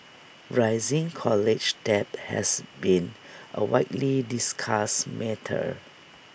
rising college debt has been A widely discussed matter